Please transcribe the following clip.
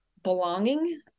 belonging